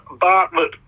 Bartlett